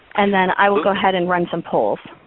and then i will go ahead and run some polls.